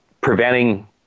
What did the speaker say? preventing